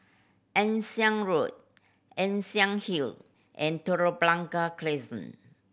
Ann Siang Road Ann Siang Hill and Telok Blangah Crescent